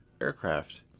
aircraft